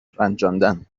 رنجاندن